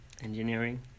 Engineering